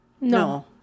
No